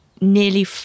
nearly